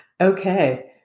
Okay